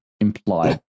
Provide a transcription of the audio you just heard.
implied